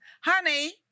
honey